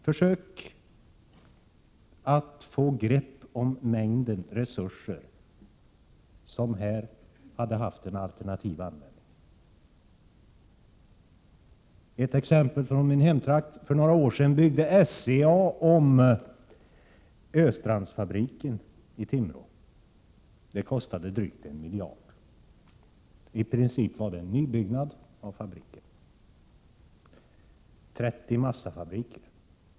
Försök att få grepp om den mängden resurser, som hade kunnat få en alternativ användning! Ett exempel från min hemtrakt: För några år sedan byggde SCA om Östrandsfabriken i Timrå. Det kostade drygt en miljard. I princip var det en nybyggnad av fabriken.